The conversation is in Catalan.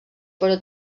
però